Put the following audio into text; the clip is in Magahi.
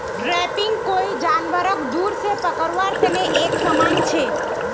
ट्रैपिंग कोई जानवरक दूर से पकड़वार तने एक समान छे